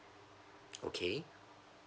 okay